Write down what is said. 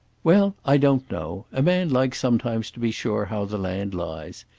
well i don't know. a man likes sometimes to be sure how the land lies.